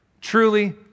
Truly